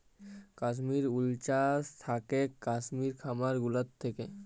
Kashmir wool চাস থাকেক কাশ্মির খামার গুলা থাক্যে